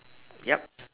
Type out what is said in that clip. yup